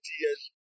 years